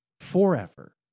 forever